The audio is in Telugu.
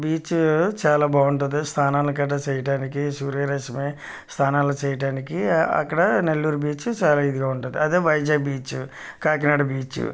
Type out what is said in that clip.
బీచ్ చాలా బాగుంటుంది స్నానాలు గట్టా చేయడానికి సూర్యరశ్మి స్నానాలు చేయడానికి అక్కడ నెల్లూరు బీచ్ చాలా ఇదిగా ఉంటుంది అదే వైజాగ్ బీచ్ కాకినాడ బీచ్